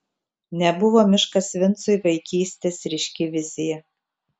nebuvo miškas vincui vaikystės ryški vizija